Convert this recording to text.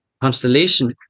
constellation